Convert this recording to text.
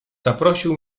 zaprosił